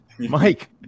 Mike